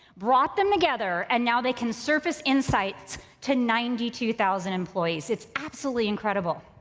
brought them together, and now they can surface insights to ninety two thousand employees. it's absolutely incredible.